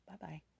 bye-bye